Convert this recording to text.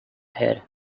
hare